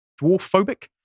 dwarf-phobic